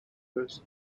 first